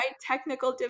technical